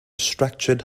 structured